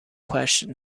question